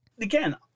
again